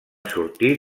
sortir